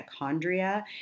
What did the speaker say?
mitochondria